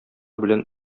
белән